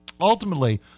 ultimately